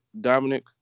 Dominic